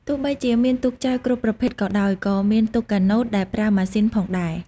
ទោះបីជាមានទូកចែវគ្រប់ប្រភេទក៏ដោយ ក៏មានទូកកាណូតដែលប្រើម៉ាស៊ីនផងដែរ។